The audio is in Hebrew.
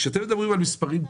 כשאתם מדברים על מספרים כאלה,